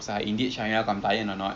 you rasa